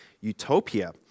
utopia